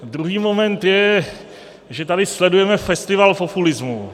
Druhý moment je, že tady sledujeme festival populismu.